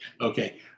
Okay